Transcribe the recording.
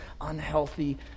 unhealthy